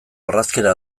orrazkera